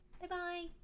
Bye-bye